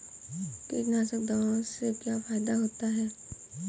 कीटनाशक दवाओं से क्या फायदा होता है?